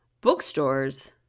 bookstores